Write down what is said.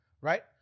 right